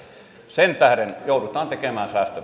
sen tähden joudutaan tekemään